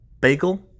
bagel